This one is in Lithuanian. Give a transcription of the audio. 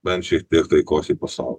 bent šiek tiek taikos į pasaulį